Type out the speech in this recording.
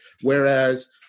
Whereas